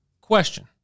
Question